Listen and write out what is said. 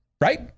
right